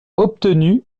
obtenu